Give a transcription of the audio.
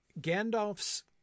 Gandalf's